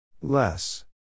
Less